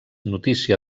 notícia